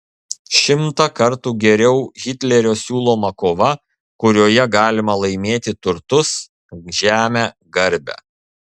šimtą kartų geriau hitlerio siūloma kova kurioje galima laimėti turtus žemę garbę